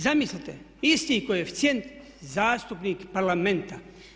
Zamislite isti koeficijent zastupnik Parlamenta.